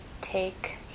take